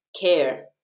care